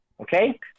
Okay